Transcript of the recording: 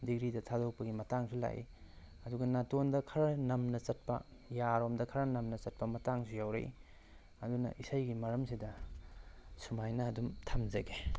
ꯗꯤꯒ꯭ꯔꯤꯗ ꯊꯥꯗꯣꯛꯄꯒꯤ ꯃꯇꯥꯡꯁꯨ ꯂꯥꯛꯏ ꯑꯗꯨꯒ ꯅꯥꯇꯣꯟꯗ ꯈꯔ ꯅꯝꯅ ꯆꯠꯄ ꯌꯥꯔꯣꯝꯗ ꯈꯔ ꯅꯝꯅ ꯆꯠꯄ ꯃꯇꯥꯡꯁꯨ ꯌꯥꯎꯔꯛꯏ ꯑꯗꯨꯅ ꯏꯁꯩꯒꯤ ꯃꯔꯝꯁꯤꯗ ꯁꯨꯃꯥꯏꯅ ꯑꯗꯨꯝ ꯊꯝꯖꯒꯦ